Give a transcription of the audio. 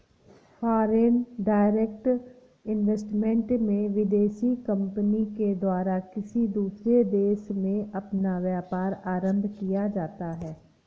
foreign direct investment में विदेशी company के द्वारा किसी दूसरे देश में अपना व्यापार आरंभ किया जाता है